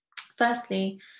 Firstly